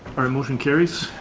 motion carries,